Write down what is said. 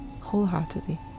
wholeheartedly